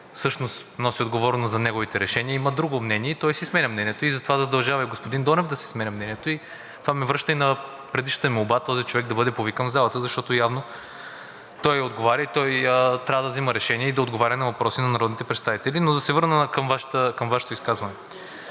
всъщност носи отговорност за неговите решения, има друго мнение и той си сменя мнението. Затова задължава и господин Донев да си сменя мнението. Това ме връща и на предишната молба този човек да бъде привикан в залата, защото явно той отговаря и той трябва да взима решения, и да отговаря на въпроси на народните представители, но да се върна към Вашето изказване.